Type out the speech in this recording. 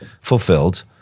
fulfilled